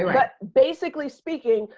um but basically speaking,